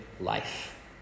life